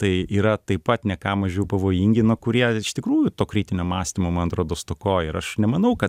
tai yra taip pat ne ką mažiau pavojingi na kurie iš tikrųjų to kritinio mąstymo man atrodo stokoja ir aš nemanau kad